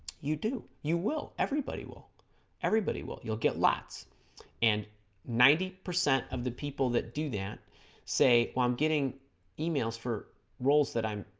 you do you will everybody will everybody will you'll get lots and ninety percent of the people that do that say while i'm getting emails for roles that i'm